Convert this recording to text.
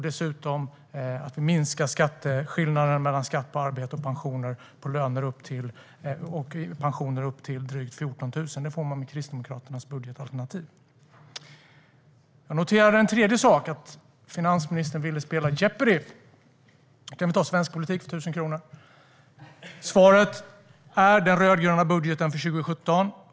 Dessutom minskar skillnaden mellan skatt på lön och skatt på pension, upp till drygt 14 000. Detta får man med Kristdemokraternas budgetalternativ. Jag noterade även att finansministern ville spela Jeopardy. Vi kan ta svensk politik för 1 000 kronor. Svaret är den rödgröna budgeten för 2017.